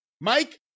mike